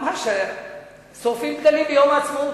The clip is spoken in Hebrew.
ממש שורפים דגלים ביום העצמאות.